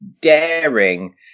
daring